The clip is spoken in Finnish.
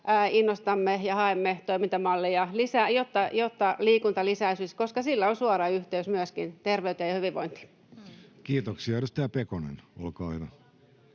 innostamme ja haemme toimintamalleja lisää, jotta liikunta lisääntyisi, koska sillä on suora yhteys myöskin terveyteen ja hyvinvointiin. [Speech 36] Speaker: Jussi